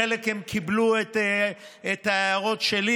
בחלק הם קיבלו את ההערות שלי,